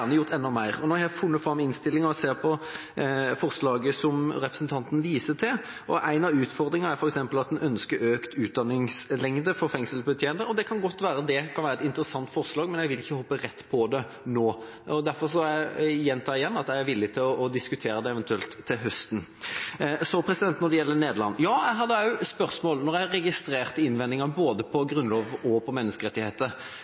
gjort enda mer. Nå har jeg funnet fram i innstillinga og sett på forslaget som representanten viste til. En av utfordringene er f.eks. at en ønsker økt utdanningslengde for fengselsbetjenter. Det kan godt være at det er et interessant forslag, men jeg vil ikke hoppe rett på det nå. Derfor gjentar jeg at jeg er villig til å diskutere det eventuelt til høsten. Så når det gjelder Nederland: Ja, jeg hadde også spørsmål da jeg registrerte innvendingene både på Grunnloven og på menneskerettigheter.